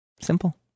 Simple